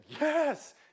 yes